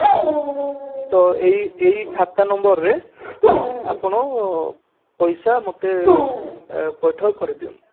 ଆଜ୍ଞା ତ ଏହି ଏହି ଖାତା ନମ୍ବର୍ରେ ଆପଣ ପଇସା ମୋତେ ପୈଠ କରିଦିଅନ୍ତୁ